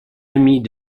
amie